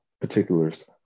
particulars